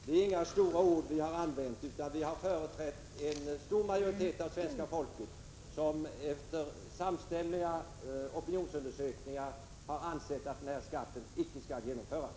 Vi har inte använt några stora ord, utan vi har företrätt en stor majoritet av svenska folket som enligt samstämmiga opinionsundersökningar anser att denna skatt icke skall genomföras.